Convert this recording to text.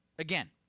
Again